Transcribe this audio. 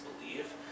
believe